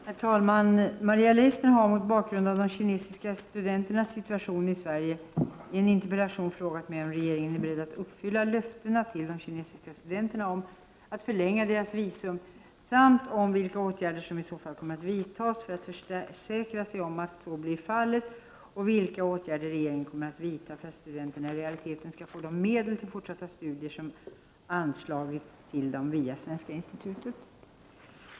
Herr talman! Maria Leissner har, mot bakgrund av de kinesiska studenternas situation i Sverige, i en interpellation frågat mig, om regeringen är beredd att uppfylla löftena till de kinesiska studenterna om att förlänga deras visum, vilka åtgärder som i så fall kommer att vidtas för att försäkra sig om att så blir fallet och vilka åtgärder regeringen kommer att vidta för att studenterna i realiteten skall få de medel till fortsatta studier som anslagits till dem via Svenska Institutet.